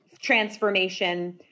transformation